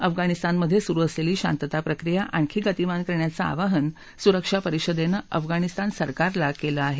अफगाणिस्तानमध्ये सुरू असलेली शांतता प्रक्रिया आणखी गतिमान करण्याचं आवाहन सुरक्षा परिषदेनं अफगाणिस्तान सरकारला केलं आहे